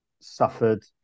suffered